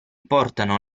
portano